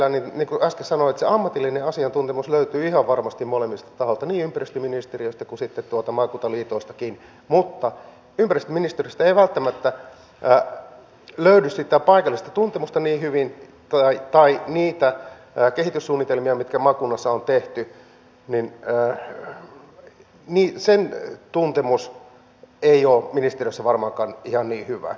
niin kuin äsken sanoin se ammatillinen asiantuntemus löytyy ihan varmasti molemmilta tahoilta niin ympäristöministeriöstä kuin sitten tuolta maakuntaliitoistakin mutta ympäristöministeriöstä ei välttämättä löydy sitä paikallista tuntemusta niin hyvin tai niitä kehityssuunnitelmia mitkä maakunnassa on tehty se tuntemus ei ole ministeriössä varmaankaan ihan niin hyvä